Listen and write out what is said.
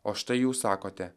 o štai jūs sakote